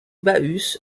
bahus